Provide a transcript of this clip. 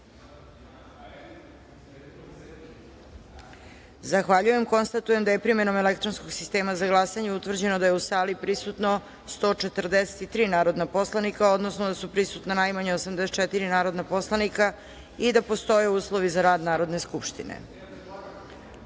se. Konstatujem da je, primenom elektronskog sistema za glasanje, utvrđeno da je u sali prisutno 143 narodna poslanika, odnosno da su prisutna najmanje 84 narodna poslanika i da postoje uslovi za rad Narodne